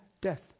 death